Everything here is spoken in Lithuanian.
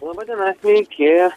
laba diena sveiki